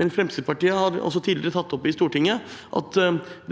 men Fremskrittspartiet har også tidligere tatt opp i Stortinget at